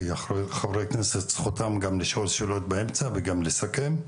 כי חברי הכנסת זכותם גם לשאול שאלות באמצע וגם לסכם.